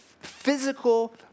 physical